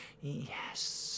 Yes